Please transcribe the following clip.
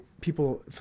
people